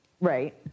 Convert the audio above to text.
Right